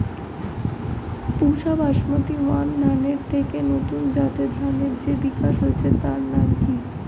পুসা basmati one ধানের থেকে নতুন জাতের ধানের যে বিকাশ হয়েছে তার নাম কি?